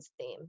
theme